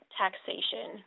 taxation